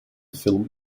film